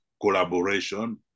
collaboration